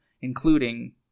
including